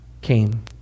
came